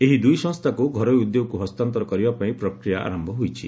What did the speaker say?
ଏହି ଦୁଇ ସଂସ୍ଥାକୁ ଘରୋଇ ଉଦ୍ୟୋଗକୁ ହସ୍ତାନ୍ତର କରିବା ପାଇଁ ପ୍ରକ୍ରିୟା ଆରମ୍ଭ ହୋଇଛି